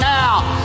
now